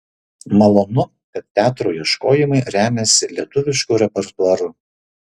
malonu kad teatrų ieškojimai remiasi lietuvišku repertuaru